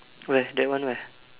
where that one where